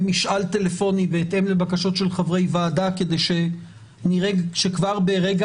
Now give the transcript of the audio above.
במשאל טלפוני בהתאם לבקשות של חברי ועדה כדי שכבר ברגע